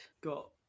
got